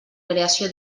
creació